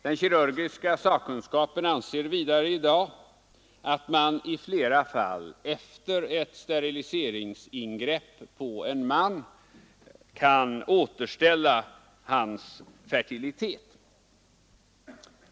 Den kirurgiska sakkunskapen anser vidare, att man numera i flertalet fall efter ett steriliseringsingrepp på en man kan återställa hans fertilitet.